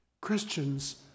Christians